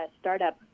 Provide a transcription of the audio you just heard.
startup